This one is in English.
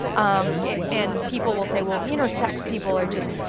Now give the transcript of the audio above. um and people will say, well, intersex people are just,